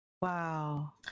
Wow